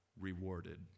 rewarded